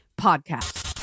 Podcast